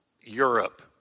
Europe